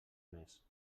més